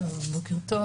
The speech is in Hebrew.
בוקר טוב.